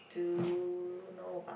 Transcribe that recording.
do you know about